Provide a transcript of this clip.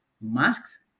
masks